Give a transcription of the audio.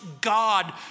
God